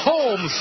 Home